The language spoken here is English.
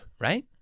Right